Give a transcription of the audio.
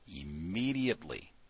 immediately